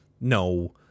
no